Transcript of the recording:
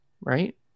Right